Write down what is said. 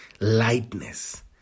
lightness